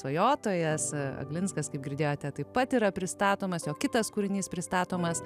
svajotojas aglinskas kaip girdėjote taip pat yra pristatomas jo kitas kūrinys pristatomas